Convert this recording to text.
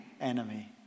enemy